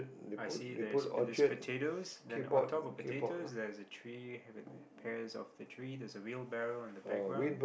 I see there's these potatoes then on top of potatoes there's a tree here there's pears off the tree there's a wheelbarrow in the background